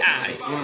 eyes